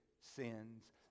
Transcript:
sins